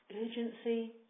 urgency